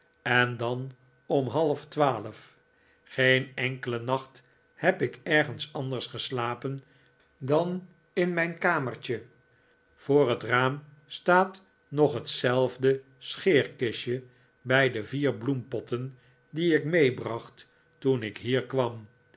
en dan om half twaalf geen enkelen nacht heb ik ergens anders geslapen dan in mijn kamertje voor het raam staat nog hetzelfde scheerkistje bij de vier bloempotten die ik meebracht toen ik hier kwam